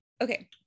Okay